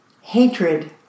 hatred